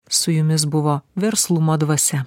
su jumis buvo verslumo dvasia